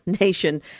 nation